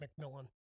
McMillan